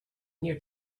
near